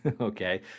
okay